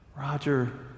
Roger